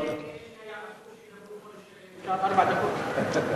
אבל, אלה שאסרו שידברו חודש שלם